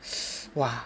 !wah!